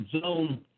zone